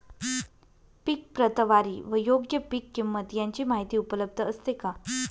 पीक प्रतवारी व योग्य पीक किंमत यांची माहिती उपलब्ध असते का?